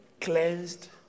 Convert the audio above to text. cleansed